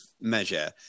measure